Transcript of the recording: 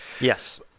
Yes